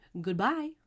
Goodbye